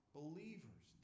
believers